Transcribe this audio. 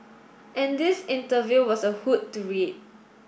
and this interview was a hoot to read